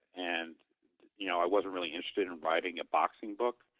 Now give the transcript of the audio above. and you know i wasn't really interested in writing a boxing book.